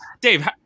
Dave